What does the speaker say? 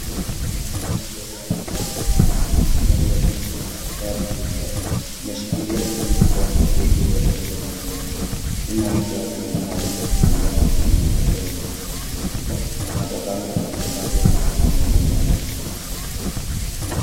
Mwanamke amesimama mbele ya amevaa topu nyekundu suruali ya jinzi na barakoa ya bluu usoni, ameshikilia kitu mkono begi ndogo mkononi mwote. Kando yake watu wengine wanaotembea na kuna majengo yenye madirisha makubwa na mabango ya matangazo yaliyoonekana kwa umbali.